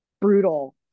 brutal